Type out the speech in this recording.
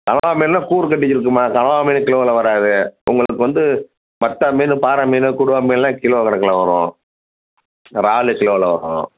கனவா மீன் எல்லாம் கூறு கட்டி இருக்கும்மா கனவா மீன் கிலோவில் வராது உங்களுக்கு வந்து மத்த மீனு பாறை மீனு கொடுவா மீன் எல்லாம் கிலோ கணக்கில் வரும் இந்த றாலு கிலோவில் வரும்